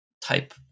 type